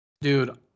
dude